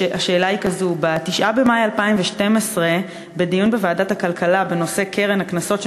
השאלה היא כזו: בדיון בוועדת הכלכלה בנושא קרן הקנסות של